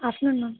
afternoon ma'am